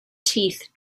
teeth